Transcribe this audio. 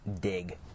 Dig